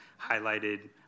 highlighted